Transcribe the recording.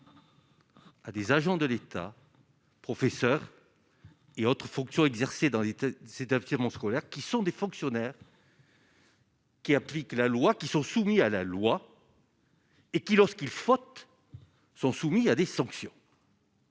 à des agents de l'État, professeurs et autres fonctions exercées dans les têtes, c'est un petit rond scolaires qui sont des fonctionnaires. Qui appliquent la loi, qui sont soumis à la loi et qui lorsqu'il faute sont soumis à des sanctions.